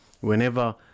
whenever